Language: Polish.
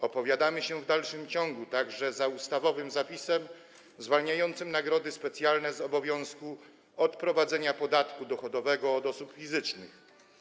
Opowiadamy się w dalszym ciągu także za ustawowym zapisem zwalniającym nagrody specjalne z obowiązku odprowadzenia podatku dochodowego od osób fizycznych.